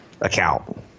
account